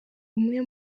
umwe